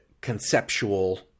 conceptual